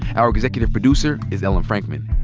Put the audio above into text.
our executive producer is ellen frankman.